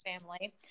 family